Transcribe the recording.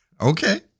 Okay